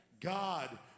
God